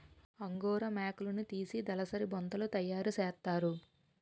angora మేకలున్నితీసి దలసరి బొంతలు తయారసేస్తారు